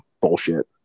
bullshit